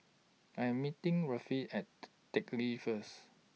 I Am meeting At Teck Lee First